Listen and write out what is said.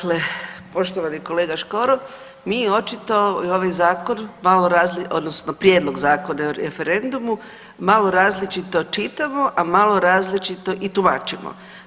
Dakle, poštovani kolega Škoro, mi očito i ovaj zakon, odnosno prijedlog zakona o referendumu malo različito čitamo, a malo različito i tumačimo.